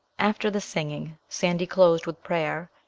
after the singing, sandy closed with prayer,